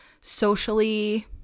socially